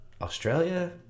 Australia